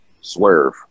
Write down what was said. swerve